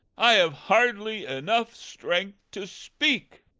i have hardly enough strength to speak.